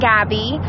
Gabby